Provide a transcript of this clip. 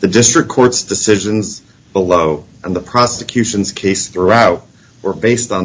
the district court's decisions below and the prosecution's case throughout were based on